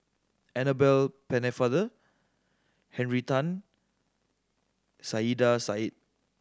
Annabel Pennefather Henry Tan Saiedah Said